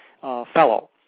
fellow